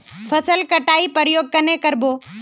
फसल कटाई प्रयोग कन्हे कर बो?